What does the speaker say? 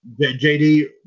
JD